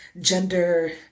gender